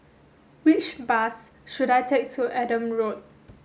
which bus should I take to Adam Road